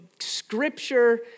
Scripture